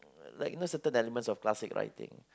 like you know certain elements of classic writing